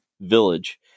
village